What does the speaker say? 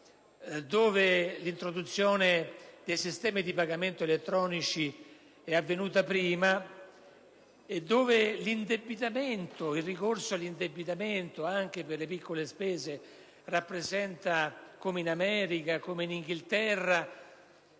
cui l'introduzione dei sistemi di pagamento elettronici è avvenuta prima e dove il ricorso all'indebitamento anche per le piccole spese rappresenta una costante,